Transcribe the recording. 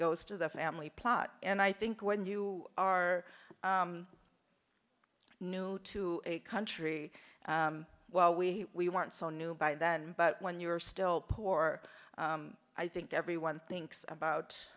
goes to the family plot and i think when you are new to a country well we weren't so new by then but when you were still poor i think everyone thinks about